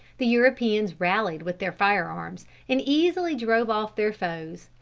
the europeans rallied with their fire-arms, and easily drove off their foes,